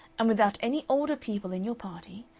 and without any older people in your party,